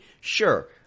Sure